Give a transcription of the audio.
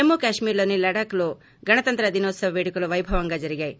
జమ్మూకశ్మీర్లోని లడఖ్లో గణతంత్ర దినోత్సవ పేడుకలు వైభవంగా జరిగాయి